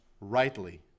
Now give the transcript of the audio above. rightly